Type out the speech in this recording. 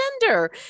gender